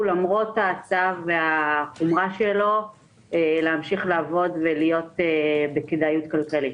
למרות הצו וחומרתו להמשיך לעבוד ולהיות בכדאיות כלכלית.